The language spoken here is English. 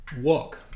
walk